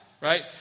right